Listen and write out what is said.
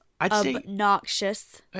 obnoxious